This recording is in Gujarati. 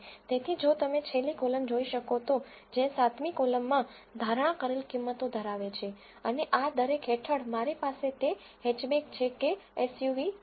તેથી જો તમે છેલ્લી કોલમ જોઈ શકો તો જે 7 મી કોલમમાં ધારણા કરેલ કિંમતો ધરાવે છે અને આ દરેક હેઠળ મારી પાસે તે હેચબેક છે કે એસયુવી છે